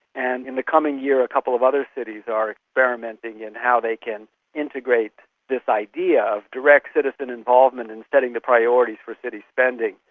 and in the coming year a couple of other cities are experimenting in how they can integrate this idea of direct citizen involvement in setting the priorities for city spending,